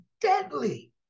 deadly